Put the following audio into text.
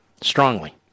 Strongly